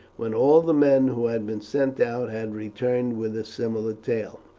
when all the men who had been sent out had returned with a similar tale.